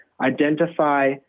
identify